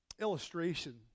illustration